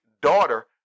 daughter